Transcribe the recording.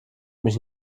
mich